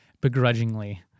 begrudgingly